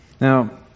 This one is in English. Now